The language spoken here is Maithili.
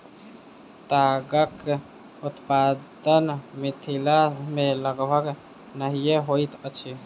तागक उत्पादन मिथिला मे लगभग नहिये होइत अछि